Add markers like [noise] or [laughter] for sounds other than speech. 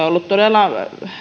[unintelligible] ollut todella